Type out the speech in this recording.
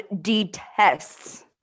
detests